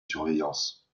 surveillance